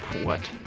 what?